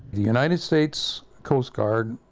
the united states coast guard